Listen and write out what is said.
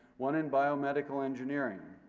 one in biomedical engineering.